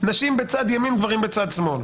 נשים בצד ימין, גברים בצד שמאל.